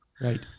right